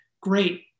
great